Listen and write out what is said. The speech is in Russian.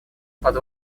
под